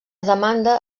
demanda